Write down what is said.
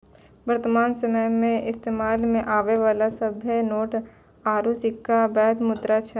वर्तमान समयो मे इस्तेमालो मे आबै बाला सभ्भे नोट आरू सिक्का बैध मुद्रा छै